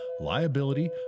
liability